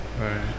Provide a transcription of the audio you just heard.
right